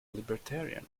libertarian